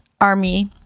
Army